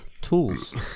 Tools